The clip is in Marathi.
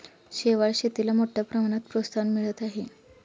शेवाळ शेतीला मोठ्या प्रमाणात प्रोत्साहन मिळत आहे